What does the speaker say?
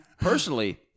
personally